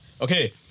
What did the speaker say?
Okay